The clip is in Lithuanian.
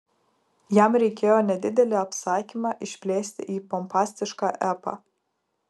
jam reikėjo nedidelį apsakymą išplėsti į pompastišką epą